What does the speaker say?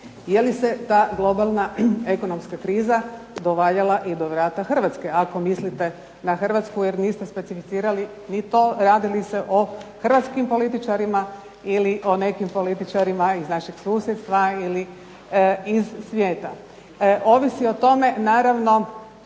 je li se ta globalna ekonomska kriza dovaljala i do vrata Hrvatske, ako mislite na Hrvatsku, jer niste specificirali ni to radi li se o hrvatskim političarima ili o nekim političarima iz našeg susjedstva ili iz svijeta. Ovisi o tome naravno